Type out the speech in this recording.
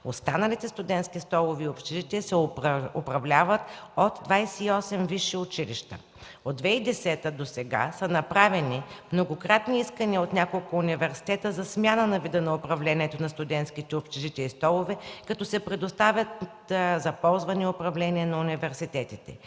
Останалите студентски столове и общежития се управляват от 28 висши училища. От 2010 г. досега са направени многократни искания от няколко университета за смяна на вида на управлението на студентските общежития и столове, като се предоставят за ползване и управление на университетите.